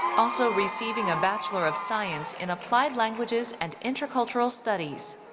also receiving a bachelor of science in applied languages and intercultural studies.